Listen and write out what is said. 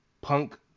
Punk